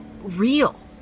real